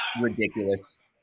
ridiculous